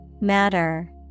Matter